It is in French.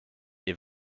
est